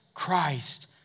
Christ